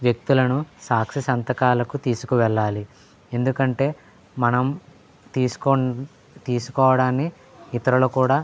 వ్యక్తులను సాక్షి సంతకాలకు తీసుకువెళ్ళాలి ఎందుకంటే మనం తీసుకో తీసుకోవడాన్ని ఇతరులు కూడా